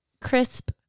crisp